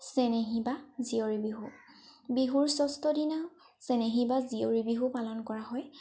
চেনেহী বা জীয়ৰী বিহু বিহুৰ ষষ্ট দিনা চেনেহী বা জীয়ৰী বিহু পালন কৰা হয়